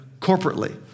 corporately